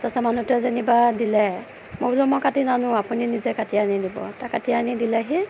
তাৰপিছত মানুহটোৱে যেনিবা দিলে মই বোলো মই কাটি নানোঁ আপুনি নিজে কাটি আনি দিব তাৰ কাটি আনি দিলেহি